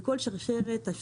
אנחנו נמצאים בכל שרשרת השיווק,